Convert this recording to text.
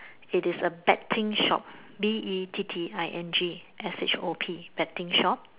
it is a betting shop B E T T I N G S H O P betting shop